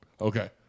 Okay